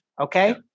okay